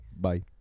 Bye